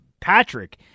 Patrick